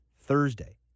Thursday